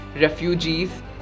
refugees